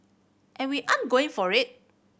and we ain't going for it